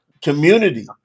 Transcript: community